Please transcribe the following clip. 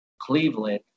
cleveland